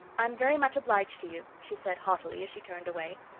i'm very much obliged to you, she said haughtily as she turned away.